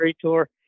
tour